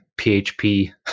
PHP